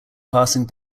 passing